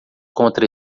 contra